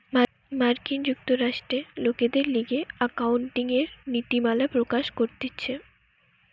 মার্কিন যুক্তরাষ্ট্রে লোকদের লিগে একাউন্টিংএর নীতিমালা প্রকাশ করতিছে